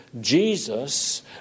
Jesus